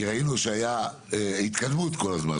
כי ראינו שהייתה התקדמות כל הזמן.